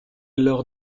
leur